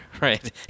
right